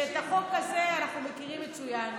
כי את החוק הזה אנחנו מכירים מצוין.